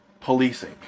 policing